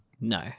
No